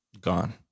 gone